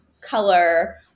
color